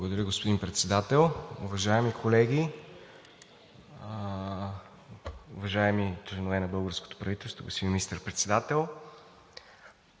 Благодаря Ви, господин Председател. Уважаеми колеги, уважаеми членове на българското правителство, господин Министър-председател!